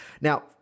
Now